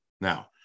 Now